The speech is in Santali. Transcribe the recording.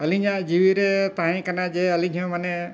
ᱟᱹᱞᱤᱧᱟᱜ ᱡᱤᱣᱤ ᱨᱮ ᱛᱟᱦᱮᱸ ᱠᱟᱱᱟ ᱡᱮ ᱟᱹᱞᱤᱧ ᱦᱚᱸ ᱢᱟᱱᱮ